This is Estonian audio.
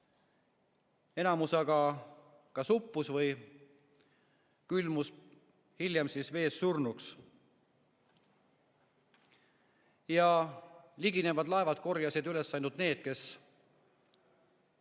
enamus aga uppus või külmus hiljem vees surnuks. Ja liginevad laevad korjasid üles ainult need, kes